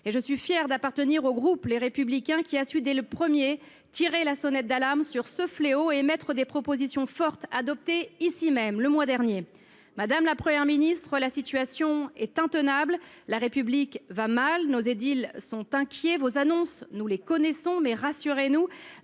je suis fière d’appartenir au groupe Les Républicains du Sénat, qui, le premier, a su tirer la sonnette d’alarme et, face à ce fléau, émettre des propositions fortes, adoptées ici même le mois dernier. Madame la Première ministre, la situation est intenable. La République va mal. Nos édiles sont inquiets. Vos annonces, nous les connaissons, mais rassurez nous